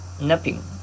napping